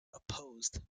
opposite